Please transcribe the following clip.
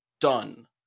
done